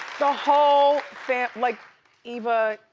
the whole fam, like eva,